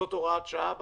לעשות הוראת שעה בנושא?